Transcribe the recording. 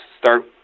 start